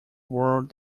world